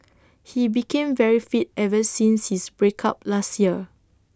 he became very fit ever since his break up last year